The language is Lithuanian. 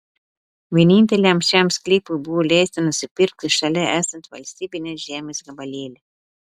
vieninteliam šiam sklypui buvo leista nusipirkti šalia esantį valstybinės žemės gabalėlį